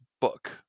book